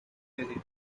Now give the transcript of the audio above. area